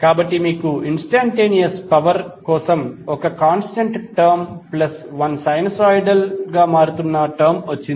కాబట్టి మీకు instantaneous power కోసం ఒక constant term plus one sinusoidal గా మారుతున్న టర్మ్ వచ్చింది